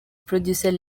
producer